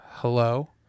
Hello